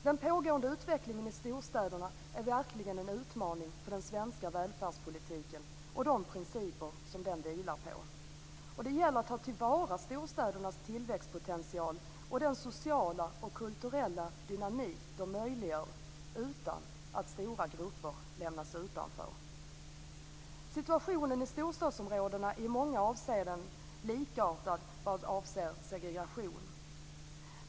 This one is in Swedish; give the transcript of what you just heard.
Den pågående utvecklingen i storstäderna är verkligen en utmaning för den svenska välfärdspolitiken och de principer som den vilar på. Det gäller att ta till vara storstädernas tillväxtpotential och den sociala och kulturella dynamik de möjliggör utan att stora grupper lämnas utanför. Situationen i storstadsområdena är i många avseenden likartad vad avser segregation.